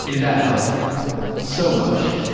that helped so much.